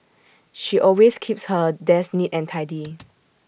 she always keeps her desk neat and tidy